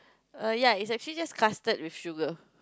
err ya it's actually just custard with sugar